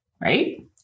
right